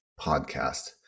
podcast